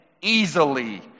easily